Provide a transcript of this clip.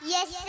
Yes